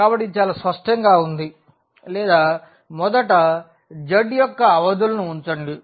కాబట్టి ఇది చాలా స్పష్టంగా ఉంది లేదా మొదట z యొక్క అవధులను ఉంచండి